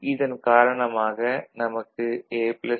இதன் காரணமாக நமக்கு AB